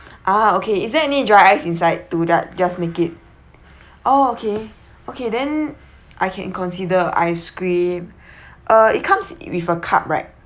ah okay is there any dry ice inside to ja~ just make it oh okay okay then I can consider ice cream uh it comes it with a cup right